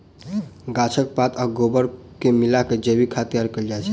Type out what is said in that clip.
गाछक पात आ गोबर के मिला क जैविक खाद तैयार कयल जाइत छै